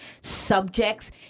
subjects